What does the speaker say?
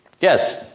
Yes